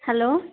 hello